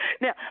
Now